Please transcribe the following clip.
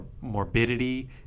morbidity